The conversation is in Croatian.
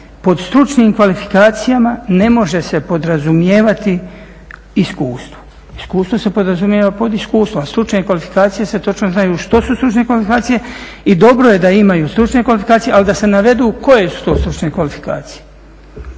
pod stručnim kvalifikacijama ne može se podrazumijevati iskustvo. Iskustvo se podrazumijeva pod iskustvom, a stručne kvalifikacije se točno zna što su stručne kvalifikacije i dobro je da imaju stručne kvalifikacije, ali da se navedu koje su to stručne kvalifikacije.